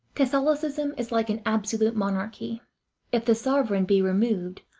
catholicism is like an absolute monarchy if the sovereign be removed,